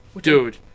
dude